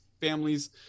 families